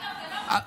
אגב, זה לא חוקי,